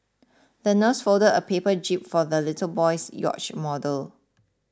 the nurse folded a paper jib for the little boy's yacht model